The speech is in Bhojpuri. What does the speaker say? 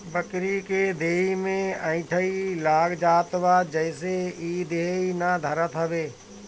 बकरी के देहि में अठइ लाग जात बा जेसे इ देहि ना धरत हवे